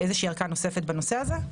לארכה נוספת בנושא הזה?